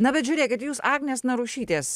na bet žiūrėkit jūs agnės narušytės